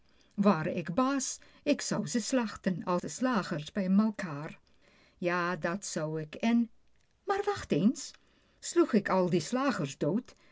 ware ik baas ik zou ze slachten al die slagers bij malkaêr ja dat zou ik en maar wacht eens sloeg ik al de slagers dood